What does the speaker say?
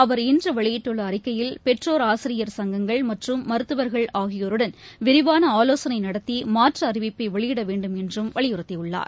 அவர் இன்றுவெளியிட்டுள்ள அறிக்கையில் பெற்றோர் ஆசிரியர் சங்கங்கள் மற்றும் மருத்துவர்கள் ஆகியோருடன் விரிவானஆலோசனைநடத்திமாற்றுஅறிவிப்பைவெளியிடவேண்டும் என்றும் வலியுறுத்தியுள்ளார்